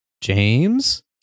James